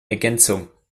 ergänzung